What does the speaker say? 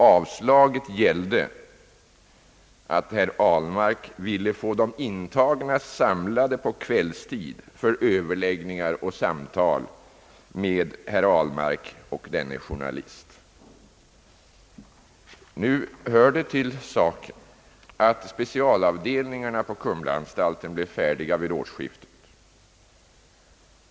Avslaget gällde herr Ahlmarks önskan att få de intagna samlade på kvällstid för överläggningar och samtal med herr Ahlmark och denne journalist. Nu hör det till saken, att specialavdelningarna : på 'kumlaanstalten blev färdiga vid årsskiftet.